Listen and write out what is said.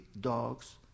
dogs